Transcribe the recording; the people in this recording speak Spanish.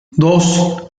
dos